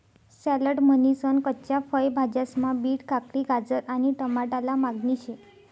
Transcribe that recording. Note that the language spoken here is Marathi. सॅलड म्हनीसन कच्च्या फय भाज्यास्मा बीट, काकडी, गाजर आणि टमाटाले मागणी शे